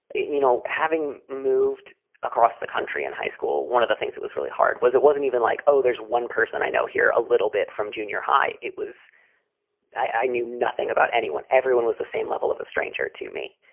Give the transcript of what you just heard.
you know, having moved across the country in high school, one of the things that was really hard was it wasn't even like, oh, there's one person i know here a little bit from junior high. it was i knew nothing about anyone. everyone was the same level of a stranger to me.